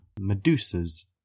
Medusa's